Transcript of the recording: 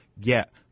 get